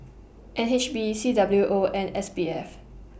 N H B C W O and S B F